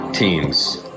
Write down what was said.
Teams